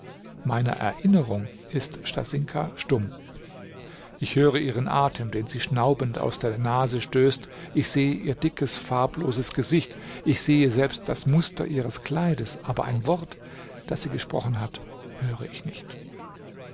meiner erinnerung ist stasinka stumm ich höre ihren atem den sie schnaubend aus der nase stößt ich sehe ihr dickes farbloses gesicht ich sehe selbst das muster ihres kleides aber ein wort das sie gesprochen hat höre ich nicht